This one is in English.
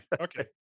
Okay